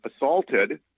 assaulted